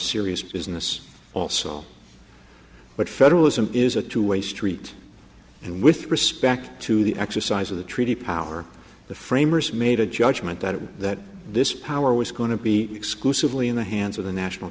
serious business also but federalism is a two way street and with respect to the exercise of the treaty power the framers made a judgment that this power was going to be exclusively in the hands of the national